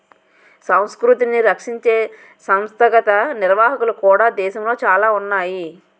సంస్కృతిని రక్షించే సంస్థాగత నిర్వహణలు కూడా దేశంలో చాలా ఉన్నాయి